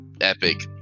epic